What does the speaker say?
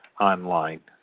online